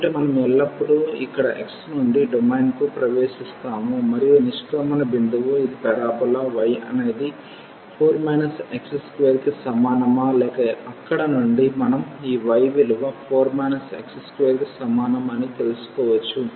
కాబట్టి మనం ఎల్లప్పుడూ ఇక్కడ x నుండి డొమైన్కు ప్రవేశిస్తాము మరియు నిష్క్రమణ బిందువు ఇది పారాబోలా y అనేది 4 x2 కి సమానమా లేక అక్కడ నుండి మనం ఈ y విలువ 4 x2 కి సమానం అని తెలుసుకోవచ్చు